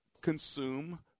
consume